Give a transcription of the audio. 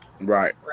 Right